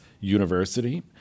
university